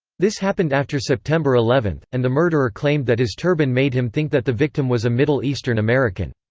this happened after september eleven, and the murderer claimed that his turban made him think that the victim was a middle eastern american.